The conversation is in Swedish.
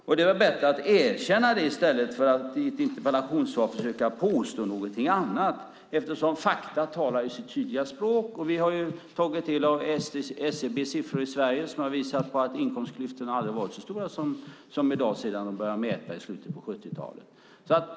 Det vore väl bättre att erkänna det i stället för att i ett interpellationssvar försöka påstå någonting annat? Fakta talar ju sitt tydliga språk. Vi har tagit del av SCB:s siffror i Sverige som har visat att inkomstklyftorna aldrig har varit så stora som i dag sedan de började mäta i slutet av 70-talet.